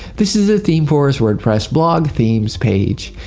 this is the themeforest wordpress blog themes page.